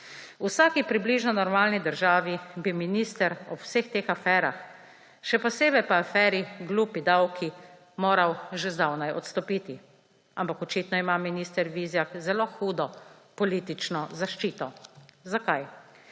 V vsaki približno normalni državi bi minister ob vseh teh aferah, še posebej pa aferi »glupi davki«, moral že zdavnaj odstopiti. Ampak očitno ima minister Vizjak zelo hudo politično zaščito. Zakaj?